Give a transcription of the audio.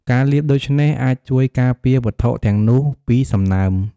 ការលាបដូច្នេះអាចជួយការពារវត្ថុទាំងនោះពីសំណើម។